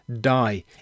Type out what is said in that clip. die